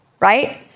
Right